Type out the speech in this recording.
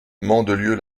mandelieu